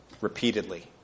repeatedly